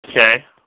Okay